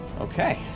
Okay